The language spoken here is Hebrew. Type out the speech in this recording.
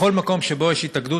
בכל מקום שבו יש התאגדות,